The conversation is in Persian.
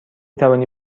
توانی